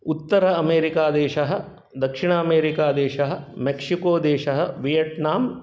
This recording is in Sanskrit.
उत्तर अमेरिकादेशः दक्षिण अमेरिकादेशः मेक्सिकोदेशः वियेट्नाम्